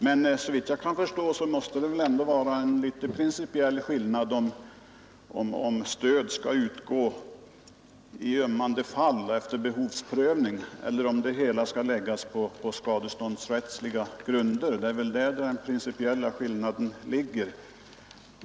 Men såvitt jag kan förstå måste det vara en viss principiell skillnad om stöd skall utgå i ömmande fall och efter behovsprövning mot om det skall utgå enligt skadeståndsrättsliga grunder. Det är väl där den principiella skillnaden ligger.